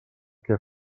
que